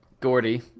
Gordy